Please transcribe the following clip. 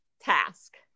task